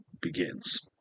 begins